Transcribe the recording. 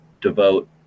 devote